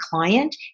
client